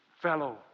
fellow